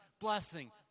blessing